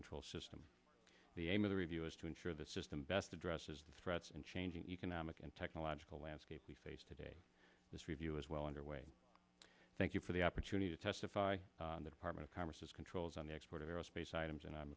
control system the aim of the review is to ensure the system best addresses the threats and changing economic and technological landscape we face today this review is well underway thank you for the opportunity to testify in the department of commerce its controls on the export of aerospace items and i'm